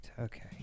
Okay